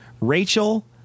Rachel